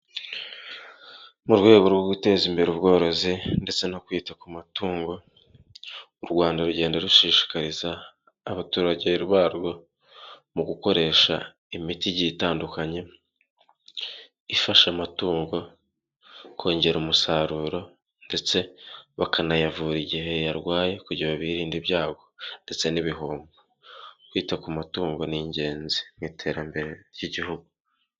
Mu rwego rwo guteza imbere ubworozi ndetse no kwita ku matungo, u Rwanda rugenda rushishikariza abaturage barwo mu gukoresha imiti itandukanye, ifasha amatungo kongera umusaruro ndetse bakanayavura igihe yarwaye kujya birinde ibyago ndetse n'ibihombo kwita ku mutungo ni ingenzi mu iterambere ry'igihugu.